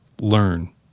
Learn